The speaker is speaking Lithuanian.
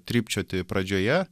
trypčioti pradžioje